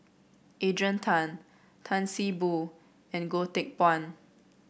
Adrian Tan Tan See Boo and Goh Teck Phuan